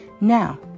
Now